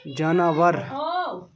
جاناوار